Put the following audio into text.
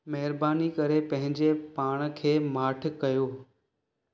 महिरबानी करे पंहिंजे पाण खे माठि कयो